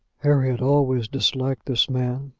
harry had always disliked this man,